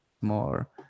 more